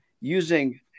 using